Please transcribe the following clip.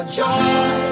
joy